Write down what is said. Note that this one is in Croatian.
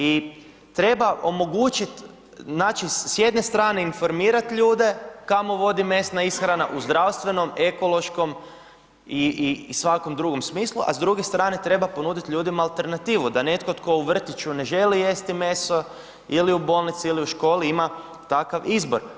I treba omogućih znači s jedne informirat ljude kamo vodi mesna ishrana u zdravstvenom, ekološkom i svakom drugom smislu, a s druge strane treba ponuditi ljudima alternativu da netko tko u vrtiću ne želi jesti meso ili u bolnici ili u školi ima takav izbor.